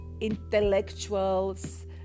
intellectuals